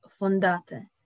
fondate